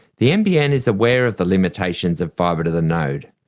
the nbn is aware of the limitations of fibre-to-the-node.